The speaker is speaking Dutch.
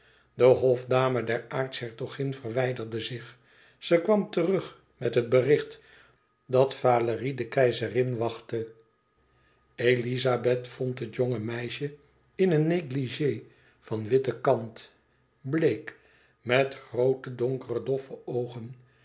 de hofdame der aartshertogin verwijderde zich ze kwam terug met het bericht dat valérie de keizerin wachtte elizabeth vond het jonge meisje in een negligé van witte kant bleek met groote donkere doffe oogen